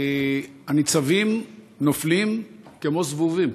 הניצבים נופלים כמו זבובים.